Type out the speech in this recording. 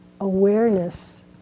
awareness